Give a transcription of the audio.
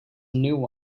new